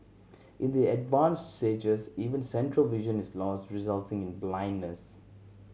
in the advanced stages even central vision is lost resulting in blindness